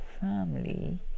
family